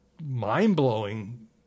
mind-blowing